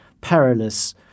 perilous